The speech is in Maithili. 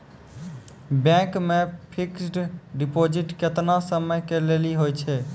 बैंक मे फिक्स्ड डिपॉजिट केतना समय के लेली होय छै?